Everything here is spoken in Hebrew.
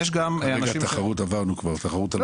כרגע התחרות עברנו כבר, התחרות על מסוקים.